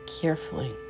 carefully